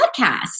Podcast